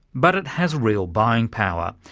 but it has real buying power.